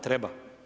Treba.